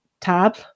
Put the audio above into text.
Tab